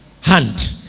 hand